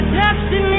destiny